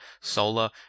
solar